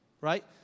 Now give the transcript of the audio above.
right